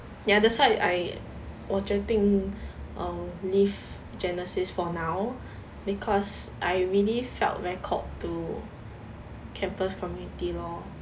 ya that's why I 我决定 err leave genesis for now because I really felt very called to campus community law